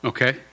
Okay